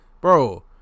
Bro